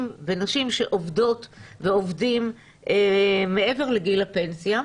ונשים שעובדים ועובדות מעבר לגיל הפנסיה,